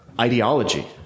ideology